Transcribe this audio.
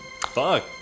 fuck